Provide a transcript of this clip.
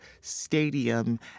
stadium